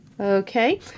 Okay